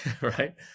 right